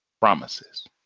promises